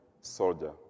Soldier